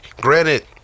Granted